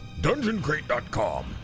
DungeonCrate.com